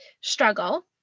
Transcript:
struggle